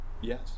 Yes